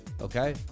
okay